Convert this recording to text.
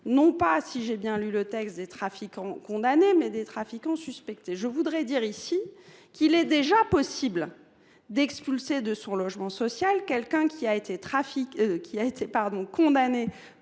non pas, si j’ai bien lu le texte, des trafiquants condamnés, mais des trafiquants suspectés. Il est déjà possible d’expulser de son logement social quelqu’un qui a été condamné